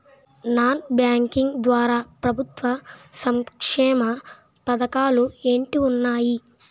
Non banking ద్వారా ప్రభుత్వ సంక్షేమ పథకాలు ఏంటి ఉన్నాయి?